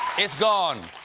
it's gone.